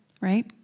right